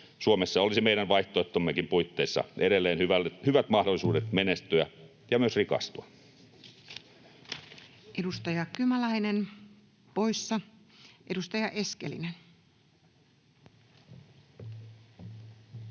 Suomessa olisi meidän vaihtoehtommekin puitteissa edelleen hyvät mahdollisuudet menestyä ja myös rikastua. [Speech 320] Speaker: Toinen